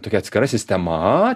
tokia atskira sistema